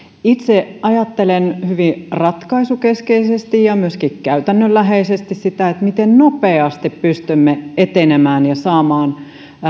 itse ajattelen hyvin ratkaisukeskeisesti ja myöskin käytännönläheisesti sitä miten nopeasti pystymme etenemään ja saamaan